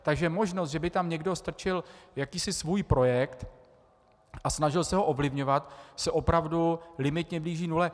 Takže možnost, že by tam někdo strčil jakýsi svůj projekt a snažil se ho ovlivňovat, se opravdu limitně blíží nule.